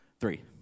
three